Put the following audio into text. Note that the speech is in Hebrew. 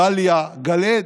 דליה, גלעד,